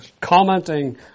commenting